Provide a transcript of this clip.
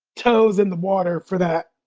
toes in the water for that